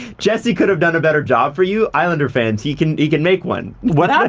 jesse could have done a better job for you islander fans. he can he can make one. what ah